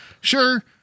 sure